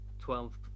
Twelve